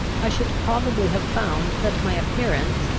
i should probably have found that my appearance,